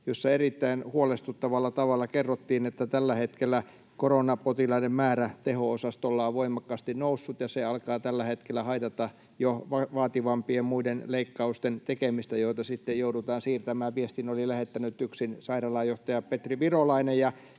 jossa erittäin huolestuttavalla tavalla kerrottiin, että tällä hetkellä koronapotilaiden määrä teho-osastolla on voimakkaasti noussut ja se alkaa tällä hetkellä haitata jo vaativampien leikkausten tekemistä, joita sitten joudutaan siirtämään. Viestin oli lähettänyt TYKSin sairaalajohtaja Petri Virolainen,